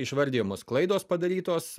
išvardijamos klaidos padarytos